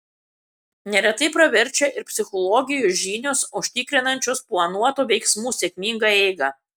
neretai praverčia ir psichologijos žinios užtikrinančios planuotų veiksmų sėkmingą eigą